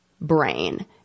brain